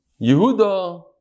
Yehuda